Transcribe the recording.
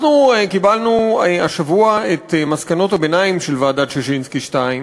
קיבלנו השבוע את מסקנות הביניים של ועדת ששינסקי השנייה,